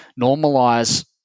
normalize